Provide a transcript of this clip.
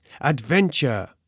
adventure